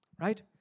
Right